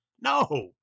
No